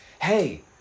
hey